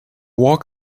walk